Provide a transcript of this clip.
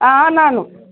ആ ആണ് ആണ്